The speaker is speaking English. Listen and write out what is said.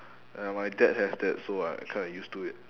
ya my dad has that so I kind of used to it